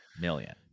million